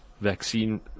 vaccine